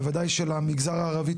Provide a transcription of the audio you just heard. בוודאי של המגזר הערבי,